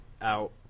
out